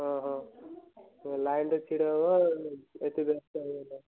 ହଁ ହଁ ଲାଇନ୍ରେ ଛିଡ଼ା ହୁଅ ଏତେ ବ୍ୟସ୍ତ ହୁଅନା